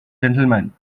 gentlemen